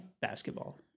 basketball